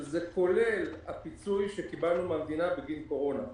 וזה כולל את הפיצוי שקיבלנו מהמדינה בגין קורונה.